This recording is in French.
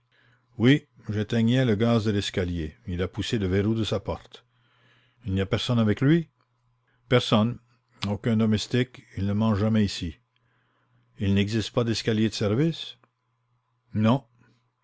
oui j'éteignais le gaz de l'escalier il a poussé le verrou de sa porte il n'y a personne avec lui personne aucun domestique il ne mange jamais ici il n'existe pas d'escalier de service non